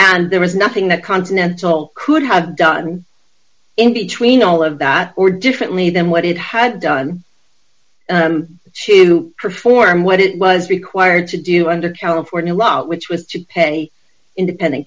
and there was nothing that continental could have done in between all of that or differently than what it had done to perform what it was required to do under california law which was to pay independent